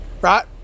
Right